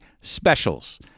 specials